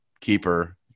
keeper